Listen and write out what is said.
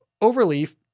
Overleaf